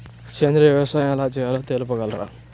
సేంద్రీయ వ్యవసాయం ఎలా చేయాలో తెలుపగలరు?